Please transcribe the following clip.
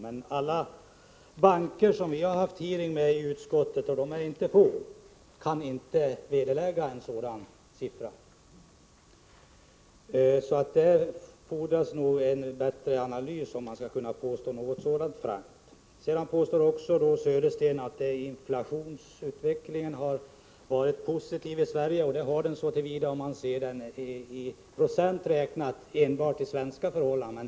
Men de banker som vi har haft hearing med i utskottet — och de är inte få — kan inte vederlägga en sådan siffra. Det fordras nog bättre analys om man frankt skall kunna påstå något sådant. Sedan hävdar också Bo Södersten att inflationsutvecklingen har varit positiv i Sverige. Och det har den varit om man ser den i procent räknat enbart med hänsyn till svenska förhållanden.